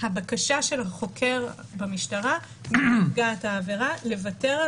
הבקשה של החוקר במשטרה מנפגעת העבירה לוותר על